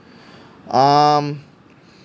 um